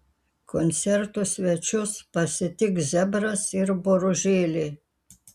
koncerto svečius pasitiks zebras ir boružėlė